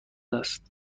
است